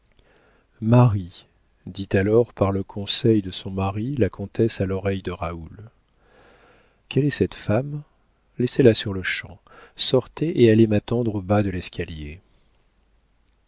marie dit alors par le conseil de son mari la comtesse à l'oreille de raoul quelle est cette femme laissez-la sur-le-champ sortez et allez m'attendre au bas de l'escalier